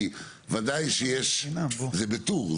כי וודאי שיש זה בטור,